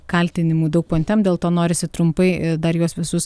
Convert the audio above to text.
kaltinimų daug pontem dėl to norisi trumpai dar juos visus